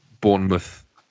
Bournemouth